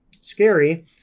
scary